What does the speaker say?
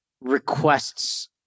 requests